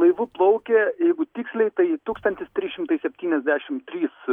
laivu plaukė jeigu tiksliai tai tūkstantis trys šimtai septyniasdešimt trys